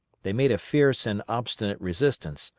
they made a fierce and obstinate resistance,